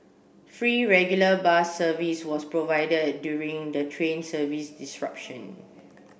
free regular bus service was provided during the train service disruption